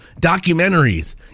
documentaries